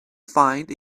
find